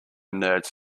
nerds